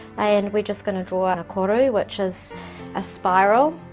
and we're just gonna draw a koru which is a spiral.